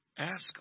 Ask